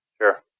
Sure